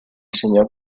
señor